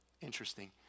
interesting